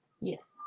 Yes